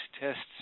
tests